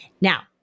Now